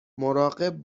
مراقب